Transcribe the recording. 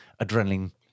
adrenaline